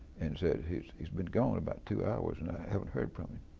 and said, he's he's been gone about two hours and i haven't heard from